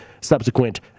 subsequent